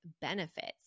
benefits